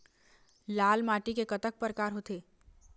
लाल माटी के कतक परकार होथे?